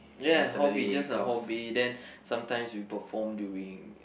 yeah hobby just a hobby then sometimes we perform during